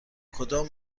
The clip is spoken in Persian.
کدام